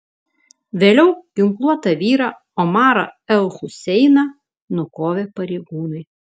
vėliau ginkluotą vyrą omarą el huseiną nukovė pareigūnai